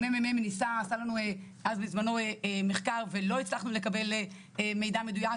הממ"מ עשה בזמנו מחקר ולא הצלחנו לקבל מידע מדויק.